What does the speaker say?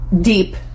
deep